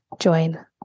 join